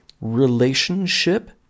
relationship